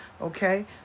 Okay